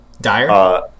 Dire